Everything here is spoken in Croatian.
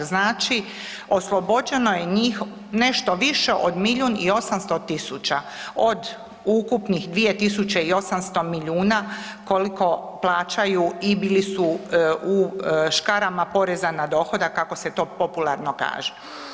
Znači, oslobođeno je njih nešto više od milijun i 800 tisuća od ukupnih 2 tisuće i 800 milijuna koliko plaćaju i bili su u škarama poreza na dohodak kako se to popularno kaže.